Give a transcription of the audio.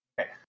Okay